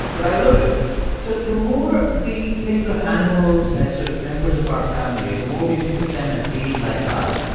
but i live with it so the more we think of animals as sort of members of our family, the more we think of them as being like us,